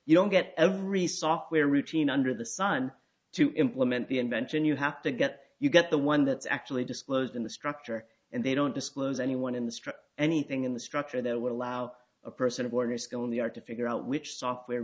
you don't get every software routine under the sun to implement the invention you have to get you've got the one that's actually disclosed in the structure and they don't disclose anyone in the street anything in the structure that would allow a person of order skill in the art to figure out which software